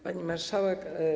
Pani Marszałek!